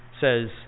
says